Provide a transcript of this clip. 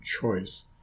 choice